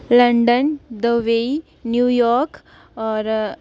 London Dubai New York होर